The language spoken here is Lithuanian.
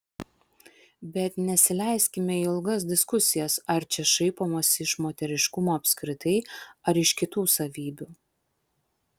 bet nesileiskime į ilgas diskusijas ar čia šaipomasi iš moteriškumo apskritai ar iš kitų savybių